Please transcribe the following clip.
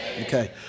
Okay